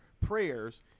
prayers